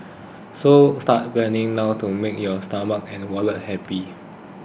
so start planning now to make your stomach and wallets happy